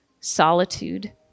solitude